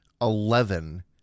eleven